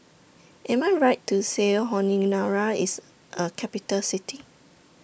Am I Right to Say Honiara IS A Capital City